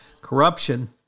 corruption